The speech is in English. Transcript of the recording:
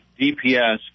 DPS